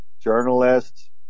journalists